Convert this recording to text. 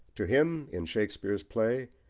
to him in shakespeare's play,